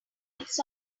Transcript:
miles